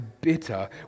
bitter